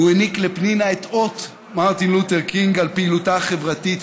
והוא העניק לפנינה את אות מרטין לותר קינג על פעילותה החברתית.